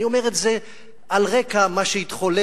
ואני אומר את זה על רקע מה שהתחולל,